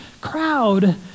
crowd